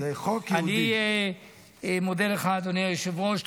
ואני מודה לך, אדוני היושב-ראש.